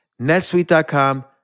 netsuite.com